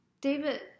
David